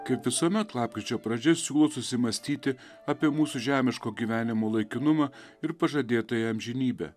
kaip visuomet lapkričio pradžioje siūlau susimąstyti apie mūsų žemiško gyvenimo laikinumą ir pažadėtąją amžinybę